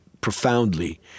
profoundly